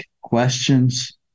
questions